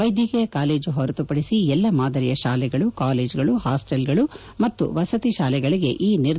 ವೈದ್ಯಕೀಯ ಕಾಲೇಜು ಹೊರತುಪಡಿಸಿ ಎಲ್ಲ ಮಾದರಿಯ ಶಾಲೆಗಳು ಕಾಲೇಜುಗಳು ಹಾಸ್ಸೆಲ್ ಗಳು ಮತ್ತು ವಸತಿ ಶಾಲೆಗಳಿಗೆ ಈ ನಿರ್ಧಾರ ಅನ್ನಯವಾಗಲಿದೆ